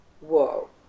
whoa